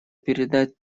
передать